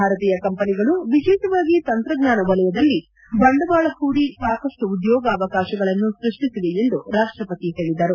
ಭಾರತೀಯ ಕಂಪನಿಗಳು ವಿಶೇಷವಾಗಿ ತಂತ್ರಜ್ಞಾನ ವಲಯದಲ್ಲಿ ಬಂಡವಾಳ ಹೂದಿ ಸಾಕಷ್ಟು ಉದ್ಯೋಗಾವಕಾಶಗಳನ್ನು ಸೃಷ್ಟಿಸಿವೆ ಎಂದು ರಾಷ್ವಪತಿ ಹೇಳಿದರು